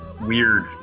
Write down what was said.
weird